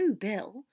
Bill